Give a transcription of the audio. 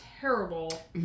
terrible